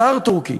הזאר תורכי,